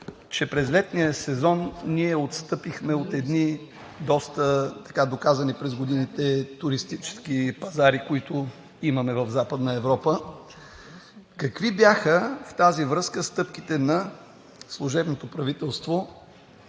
че през летния сезон ние отстъпихме от едни доста доказани през годините туристически пазари, които имаме в Западна Европа: какви бяха в тази връзка стъпките на служебното правителство